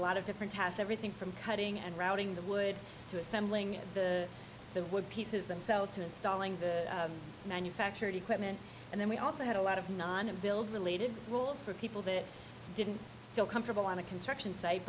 lot of different tasks everything from cutting and routing the wood to assembling the the wood pieces themselves to installing the manufactured equipment and then we also had a lot of nona build related rules for people that didn't feel comfortable on a construction site